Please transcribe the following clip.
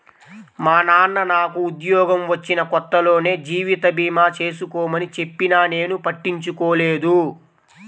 మా నాన్న నాకు ఉద్యోగం వచ్చిన కొత్తలోనే జీవిత భీమా చేసుకోమని చెప్పినా నేను పట్టించుకోలేదు